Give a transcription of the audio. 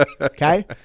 Okay